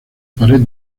pared